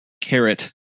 carrot